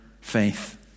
faith